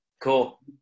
Cool